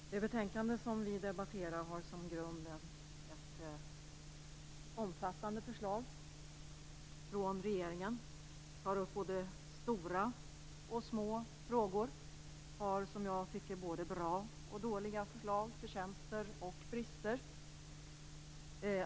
Fru talman! Det betänkande som vi debatterar har som grund omfattande förslag från regeringen. Det tar upp både stora och små frågor. Det har, som jag tycker, både bra och dåliga förslag, förtjänster och brister.